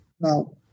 Now